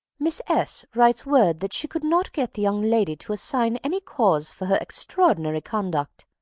miss s. writes word that she could not get the young lady to assign any cause for her extraordinary conduct,